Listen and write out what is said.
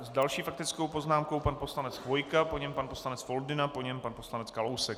S další faktickou poznámkou pan poslanec Chvojka, po něm pan poslanec Foldyna, po něm pan poslanec Kalousek.